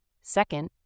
Second